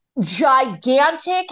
gigantic